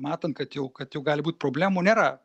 matant kad jau kad jau gali būt problemų nėra